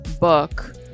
book